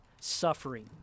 suffering